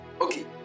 okay